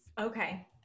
Okay